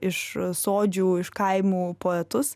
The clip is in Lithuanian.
iš sodžių iš kaimų poetus